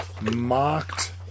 mocked